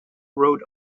wrote